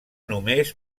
només